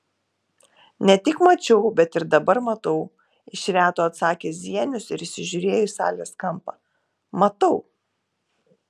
ne tik mačiau bet ir dabar matau iš reto atsakė zienius ir įsižiūrėjo į salės kampą matau